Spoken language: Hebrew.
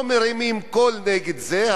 לא מרימים קול נגד זה.